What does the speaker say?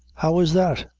how is that?